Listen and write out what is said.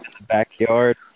backyard